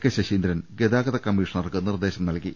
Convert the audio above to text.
K Saseendran ഗതാ ഗത കമ്മീഷണർക്ക് നിർദ്ദേശം നൽകി